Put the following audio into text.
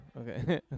okay